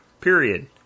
Period